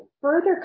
further